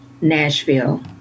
Nashville